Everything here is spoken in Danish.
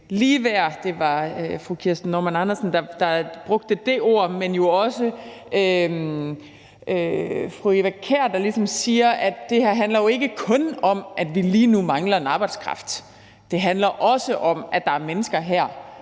ligeværd. Det var fru Kirsten Normann Andersen, der brugte det ord, men også fru Eva Kjer Hansen siger ligesom, at det her jo ikke kun handler om, at vi lige nu mangler en arbejdskraft. For det handler også om, at der er mennesker her,